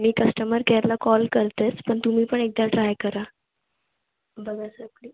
मी customer केअरला call करतेच पण तुम्ही पण एकदा ट्राय करा बघा सर प्लीज